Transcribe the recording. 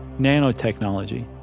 nanotechnology